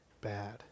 bad